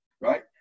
right